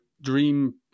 dream